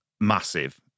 massive